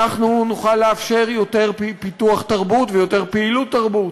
אנחנו נוכל לאפשר יותר פיתוח תרבות ויותר פעילות תרבות.